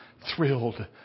thrilled